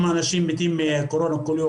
מקסימום יש מקומות שמגישים קפה ותה או דברים כאלה